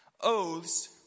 Oaths